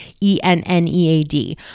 E-N-N-E-A-D